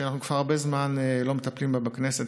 שאנחנו כבר הרבה זמן לא מטפלים בה בכנסת.